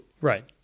Right